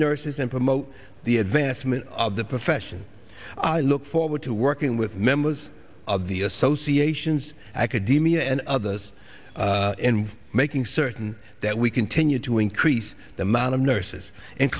nurses and promote the advancement of the profession i look forward to working with members of the associations academia and others in making certain that we continue to increase the amount of nurses